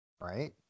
right